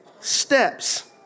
steps